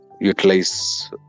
utilize